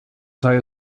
sei